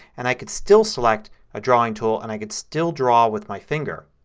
and i can still select a drawing tool and i can still draw with my finger.